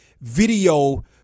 video